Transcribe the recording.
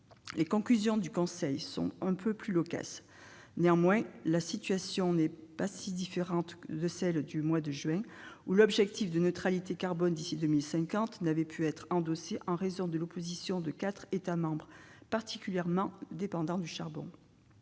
Les conclusions du Conseil sont un peu plus loquaces concernant la question climatique. Néanmoins, la situation n'est pas si différente de celle du mois de juin, quand l'objectif de la neutralité carbone d'ici à 2050 n'avait pas pu être endossé en raison de l'opposition de quatre États membres particulièrement dépendants du charbon.